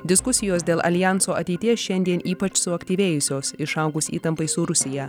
diskusijos dėl aljanso ateities šiandien ypač suaktyvėjusios išaugus įtampai su rusija